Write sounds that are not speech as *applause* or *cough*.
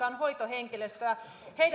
*unintelligible* on hoitohenkilöstöä